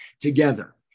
together